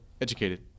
educated